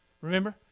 Remember